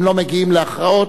אם לא מגיעים להכרעות,